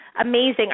amazing